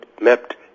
mapped